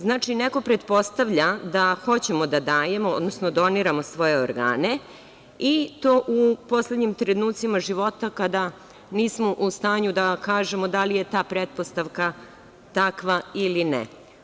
Znači, neko pretpostavlja da hoćemo da dajemo, odnosno da doniramo svoje organe, i to u poslednjim trenucima života, kada nismo u stanju da kažemo da li je ta pretpostavka takva, ili ne.